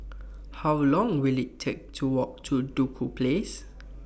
How Long Will IT Take to Walk to Duku Place